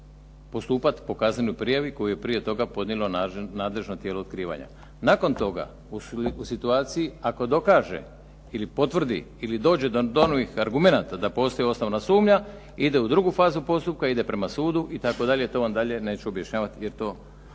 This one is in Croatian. postupat po kaznenoj prijavi koju je prije toga podnijelo nadležno tijelo otkrivanja. Nakon toga u situaciji ako dokaže ili potvrdi ili dođe do onih argumenata da postoji osnovana sumnja ide u drugu fazu postupka, ide prema sudu itd. To vam dalje neću objašnjavati jer to